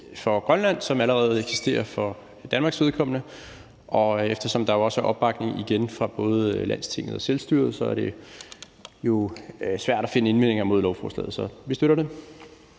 bestemmelse, som allerede eksisterer for Danmarks vedkommende, i loven for Grønland. Og eftersom der igen er opbakning fra både Landstinget og Selvstyret, er det jo svært at finde indvendinger mod lovforslaget, så vi støtter det.